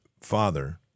father